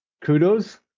kudos